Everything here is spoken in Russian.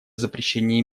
запрещении